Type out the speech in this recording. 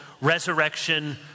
resurrection